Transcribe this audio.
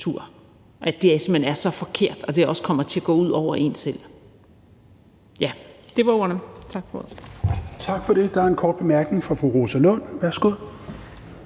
at det simpelt hen er så forkert, og at det også kommer til at gå ud over en selv. Ja, det var ordene. Tak for ordet. Kl. 16:15 Tredje næstformand (Rasmus